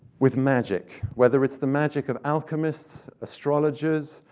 with magic, whether it's the magic of alchemists, astrologers,